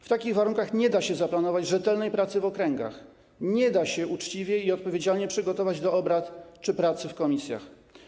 W takich warunkach nie da się zaplanować rzetelnej pracy w okręgach, nie da się uczciwie i odpowiedzialnie przygotować do obrad czy pracy w komisjach.